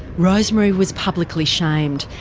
rosemary was publicly shamed,